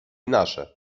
nasze